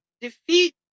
Defeat